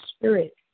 spirit